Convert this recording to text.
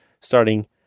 Starting